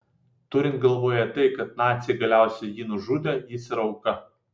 turint galvoje tai kad naciai galiausiai jį nužudė jis yra auka